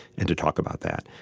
and to talk about that.